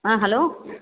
ஆ hello